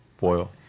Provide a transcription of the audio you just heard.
Boil